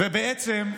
בעצם,